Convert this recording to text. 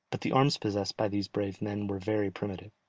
but the arms possessed by these brave men were very primitive.